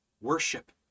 worship